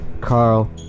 Carl